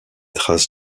traces